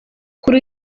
kuri